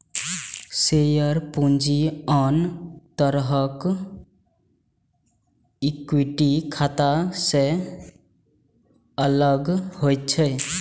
share पूंजी आन तरहक इक्विटी खाता सं अलग होइ छै